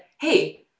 Hey